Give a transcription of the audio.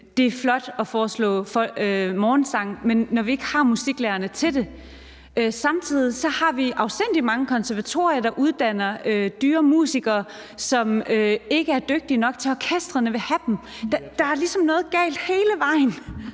Det er flot at foreslå morgensang, men vi har ikke musiklærerne til det. Samtidig har vi så afsindig mange konservatorier, der uddanner dyre musikere, som ikke er dygtige nok, til at orkestrene vil have dem. Der er ligesom noget galt hele vejen